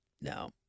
No